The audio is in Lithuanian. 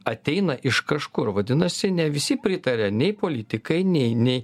ateina iš kažkur vadinasi ne visi pritaria nei politikai nei nei